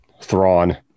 Thrawn